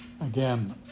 Again